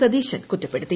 സതീശൻ കുറ്റപ്പെടുത്തി